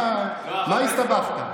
מה הסתבכת?